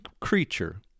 creature